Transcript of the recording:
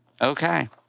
Okay